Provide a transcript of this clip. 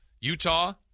Utah